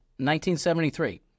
1973